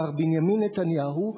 מר בנימין נתניהו,